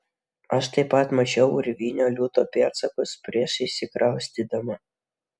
aš taip pat mačiau urvinio liūto pėdsakus prieš įsikraustydama